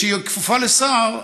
כשהיא כפופה לשר,